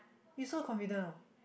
you so confident oh